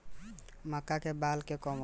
मका के बाल में कवन किड़ा लाग सकता?